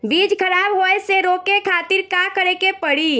बीज खराब होए से रोके खातिर का करे के पड़ी?